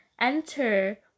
Enter